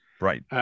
Right